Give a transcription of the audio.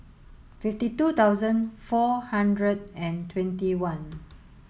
fifty two thousand four hundred and twenty one